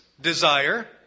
desire